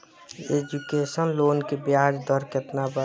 Education loan के ब्याज दर केतना बा?